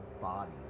bodies